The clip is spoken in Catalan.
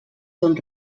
són